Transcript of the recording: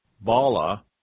Bala